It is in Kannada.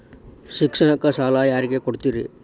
ಶಿಕ್ಷಣಕ್ಕ ಸಾಲ ಯಾರಿಗೆ ಕೊಡ್ತೇರಿ?